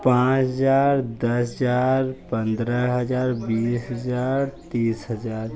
पाँच हज़ार दस हज़ार पंद्रह हज़ार बीस हज़ार तीस हज़ार